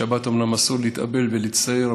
בשבת אומנם אסור להתאבל ולהצטער,